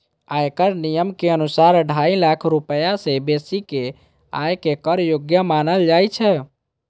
आयकर नियम के अनुसार, ढाई लाख रुपैया सं बेसी के आय कें कर योग्य मानल जाइ छै